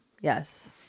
Yes